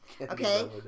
Okay